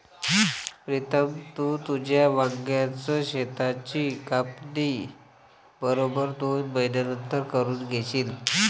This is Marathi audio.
प्रीतम, तू तुझ्या वांग्याच शेताची कापणी बरोबर दोन महिन्यांनंतर करून घेशील